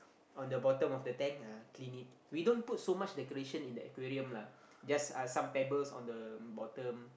on the bottom of the tank ah clean it we don't put so much decoration in the aquarium lah just uh some pebbles on the bottom